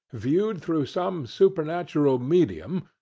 viewed through some supernatural medium,